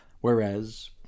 Whereas